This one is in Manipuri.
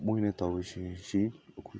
ꯃꯣꯏꯅ ꯇꯧꯔꯤꯁꯦ ꯁꯤ ꯑꯩꯈꯣꯏ